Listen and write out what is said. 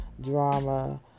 drama